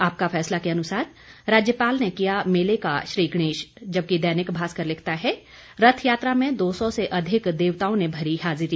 आपका फैसला के अनुसार राज्यपाल ने किया मेले का श्रीगणेश जबकि दैनिक भास्कर लिखता है रथयात्रा में दो सौ से अधिक देवताओं ने भरी हाजरी